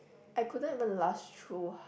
I couldn't even last through